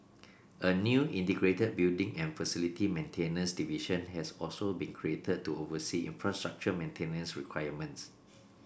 a new integrated building and facility maintenance division has also be created to oversee infrastructure maintenance requirements